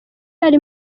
yari